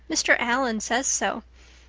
mr. allan says so.